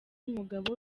umugabo